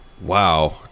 wow